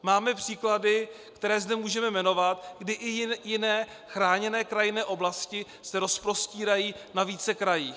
Máme příklady, které zde můžeme jmenovat, kdy i jiné chráněné krajinné oblasti se rozprostírají ve více krajích.